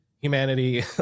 humanity